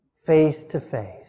face-to-face